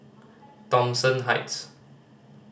Thomson Heights